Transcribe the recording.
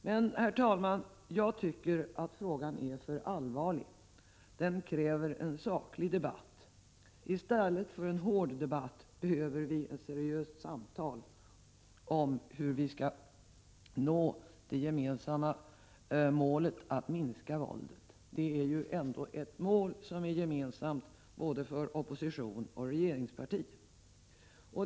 Men frågan är för allvarlig, herr talman, och den kräver en saklig debatt. I stället för en hård debatt behövs ett seriöst samtal om hur vi skall nå det gemensamma målet att minska våldet. Detta mål är ju ändå gemensamt för opposition och regeringsparti.